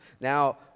Now